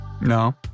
No